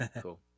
Cool